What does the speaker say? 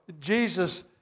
Jesus